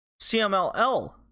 CMLL